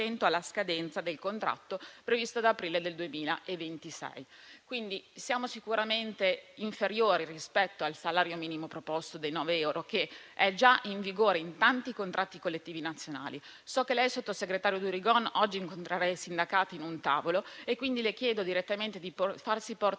alla scadenza del contratto previsto ad aprile 2026. Siamo quindi sicuramente a livelli inferiori rispetto al salario minimo proposto di 9 euro, che è già in vigore in tanti contratti collettivi nazionali. So che il sottosegretario Durigon oggi incontrerà i sindacati in un tavolo, quindi le chiedo direttamente di farsi portavoce